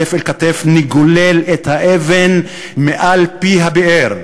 כתף אל כתף נגולל את האבן מעל פי הבאר,